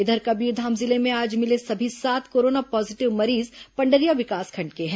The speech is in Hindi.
इधर कबीरधाम जिले में आज मिले सभी सात कोरोना पॉजीटिव मरीज पंडरिया विकासखंड के हैं